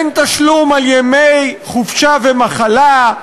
אין תשלום על ימי חופשה ומחלה,